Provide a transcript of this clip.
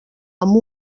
amb